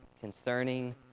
concerning